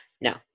no